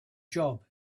job